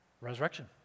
resurrection